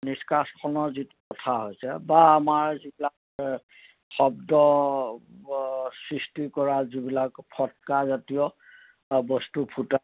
নিষ্কাশনৰ যিটো কথা হৈছে বা আমাৰ যিবিলাক শব্দ সৃষ্টি কৰা যিবিলাক ফটকা জাতীয় বস্তু ফুটাই